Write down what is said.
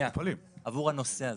זה עבור הנושא הזה.